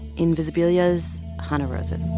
invisibilia's hanna rosin